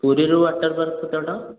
ପୁରୀରୁ water park କେତେ ବାଟ